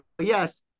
yes